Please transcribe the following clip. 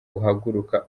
uhaguruka